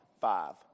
Five